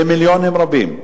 במיליונים רבים.